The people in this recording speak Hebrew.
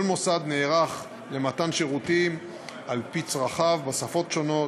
כל מוסד נערך למתן שירותים על-פי צרכיו בשפות שונות,